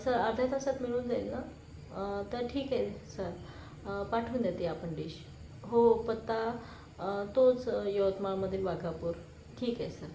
sir अर्ध्या तासात मिळून जाईल ना तर ठीक आहे सर पाठवून द्या ती आपण डिश हो पत्ता तोच यवतमाळमधील वाघापूर ठीक आहे सर